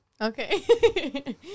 Okay